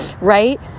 Right